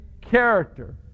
character